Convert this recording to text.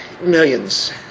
Millions